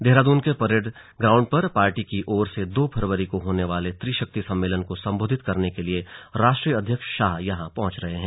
देहराद्न के परेड मैदान पर पार्टी की ओर से दो फरवरी को होने वाले त्रिशक्ति सम्मेलन को संबोधित करने के लिए राष्ट्रीय अध्यक्ष शाह यहां पहुंच रहे हैं